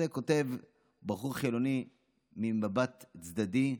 את זה כותב בחור חילוני ממבט צדדי.